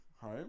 home